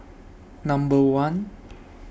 Number one